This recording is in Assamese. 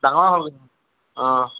ডাঙৰ হ'ল অঁ